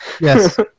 Yes